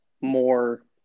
more